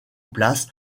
place